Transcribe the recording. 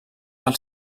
del